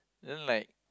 and then like